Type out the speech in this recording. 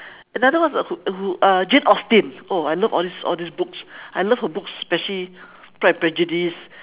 another one who who uh jane austen I love all these all these books I love her books especially pride and prejudice